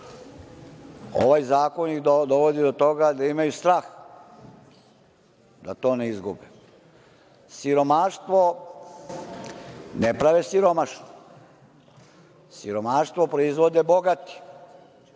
Ovaj zakon ih dovodi do toga da imaju strah da to ne izgube. Siromaštvo ne prave siromašni, siromaštvo proizvode bogati,